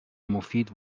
مفید